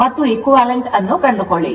ಮತ್ತು equivalent ಅನ್ನು ಕಂಡುಕೊಳ್ಳಿ